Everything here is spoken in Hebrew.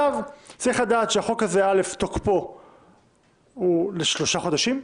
צריך לדעת שתוקפו של החוק הזה לשלושה חודשים בלבד,